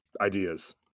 ideas